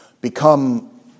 become